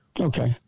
Okay